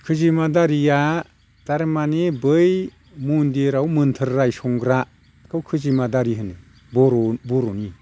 खैजिमा दारिया थारमाने बै मन्दिराव मोन्थोर रायसंग्रा बेखौ खैजिमा दारि होनो बर'नि